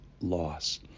loss